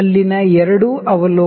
ಅಲ್ಲಿನ ಎರಡು ಅವಲೋಕನಗಳು 0